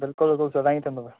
बिल्कुलु तूं सदा ई चवंदुव